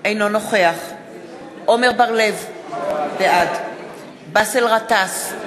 אינו נוכח עמר בר-לב, בעד באסל גטאס,